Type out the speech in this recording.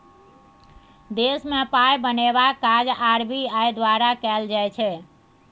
देशमे पाय बनेबाक काज आर.बी.आई द्वारा कएल जाइ छै